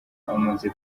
umaze